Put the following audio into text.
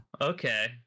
Okay